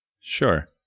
Sure